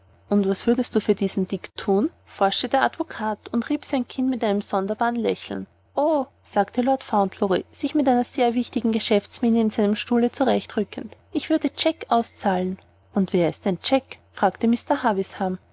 und was möchtest du denn für diesen dick thun forschte der advokat und rieb sein kinn mit einem sonderbaren lächeln o sagte lord fauntleroy sich mit einer sehr wichtigen geschäftsmiene in seinem stuhle zurechtrückend ich würde jack ausbezahlen und wer ist denn jack fragte